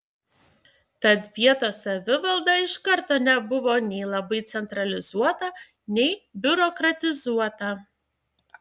tad vietos savivalda iš karto nebuvo nei labai centralizuota nei biurokratizuota